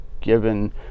given